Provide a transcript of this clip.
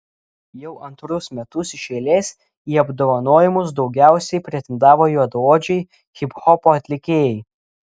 jau antrus metus iš eilės į apdovanojimus daugiausiai pretendavo juodaodžiai hiphopo atlikėjai